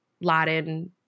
Latin